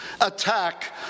attack